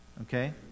Okay